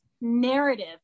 narrative